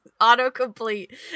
autocomplete